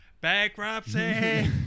bankruptcy